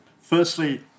firstly